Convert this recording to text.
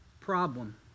problem